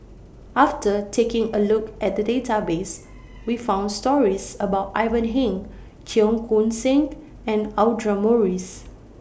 after taking A Look At The Database We found stories about Ivan Heng Cheong Koon Seng and Audra Morrice